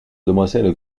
demoiselle